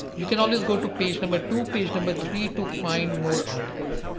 you can always go to page number two, page number three, to find more articles.